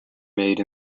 made